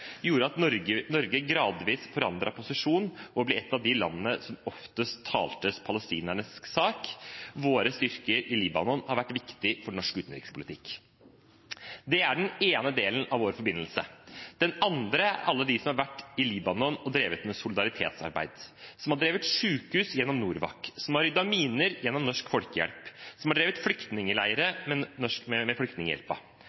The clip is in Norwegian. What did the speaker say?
gjorde at Norge gradvis forandret posisjon og ble et av de landene som oftest talte palestinernes sak. Våre styrker i Libanon har vært viktige for norsk utenrikspolitikk. Det er den ene delen av vår forbindelse. Den andre er alle de som har vært i Libanon og drevet med solidaritetsarbeid, som har drevet sykehus gjennom NORWAC, som har ryddet miner gjennom Norsk Folkehjelp, eller som har drevet